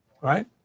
right